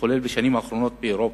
שמתחוללת בשנים האחרונות באירופה,